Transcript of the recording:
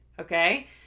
okay